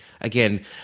again